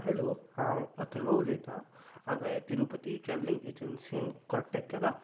hello हांव अथर्व उलयतां हांवें तिरुपती ट्रेवलिंग एजन्सीन काॅन्टेक्ट केला